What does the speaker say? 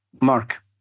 Mark